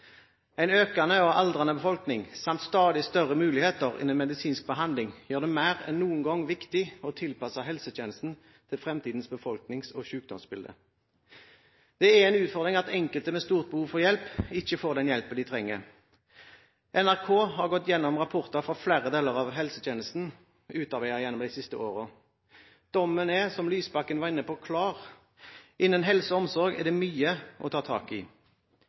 En økende og aldrende befolkning samt stadig større muligheter innen medisinsk behandling gjør det viktigere enn noen gang å tilpasse helsetjenesten til fremtidens befolknings- og sykdomsbilde. Det er en utfordring at enkelte med stort behov for hjelp ikke får den hjelpen de trenger. NRK har gått igjennom rapporter fra flere deler av helsetjenesten, utarbeidet gjennom de siste årene. Dommen er – som Lysbakken var inne på – klar: Innen helse og omsorg er det mye å ta tak i.